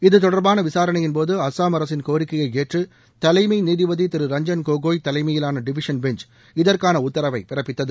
இதுதொடர்பான விசாரணையின்போது அஸ்ஸாம் அரசின் கோரிக்கையை ஏற்று தலைமை நீதிபதி திரு ரஞ்சன் கோகோய் தலைமையிலான டிவிஷன் பெஞ்ச் இதற்கான உத்தரவை பிறப்பித்தது